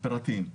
פרטיים.